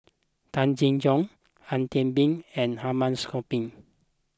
Tay Chin Joo Ang Teck Bee and Hamid Supaat